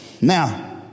Now